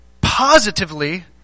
positively